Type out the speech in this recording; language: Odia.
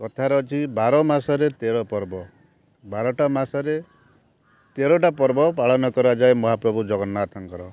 କଥାରେ ଅଛି ବାର ମାସରେ ତେରପର୍ବ ବାରଟା ମାସରେ ତେରେଟା ପର୍ବ ପାଳନ କରାଯାଏ ମହାପ୍ରଭୁ ଜଗନ୍ନାଥଙ୍କର